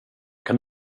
kan